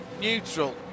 neutral